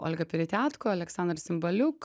olga peritiatko aleksandras simbaliuk